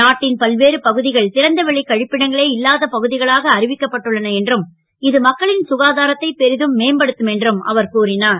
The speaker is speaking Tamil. நாட்டின் பல்வேறு பகு கள் றந்த வெளி க ப்பிடங்களே இல்லாத பகு களாக அறிவிக்கப்பட்டுள்ளன என்றும் இது மக்களின் சுகாதாரத்தை பெரிதும் மேம்படுத்தும் என்றும் அவர் கூறினார்